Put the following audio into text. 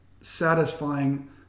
satisfying